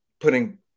putting